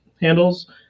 handles